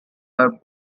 are